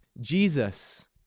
Jesus